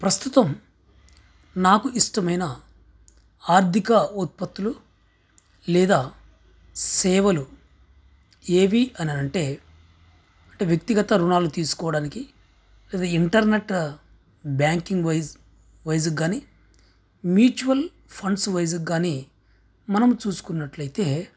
ప్రస్తుతం నాకు ఇష్టమైన ఆర్థిక ఉత్పత్తులు లేదా సేవలు ఏవి అని అంటే అంటే వ్యక్తిగత రుణాలు తీసుకోవడానికి లేదా ఇంటర్నెట్ బ్యాంకింగ్ వైజ్ వైజ్గా కానీ మ్యూచువల్ ఫండ్స్ వైజ్గా కానీ మనం చూసుకున్నట్లయితే